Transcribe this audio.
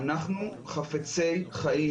אנחנו חפצי חיים,